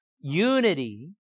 unity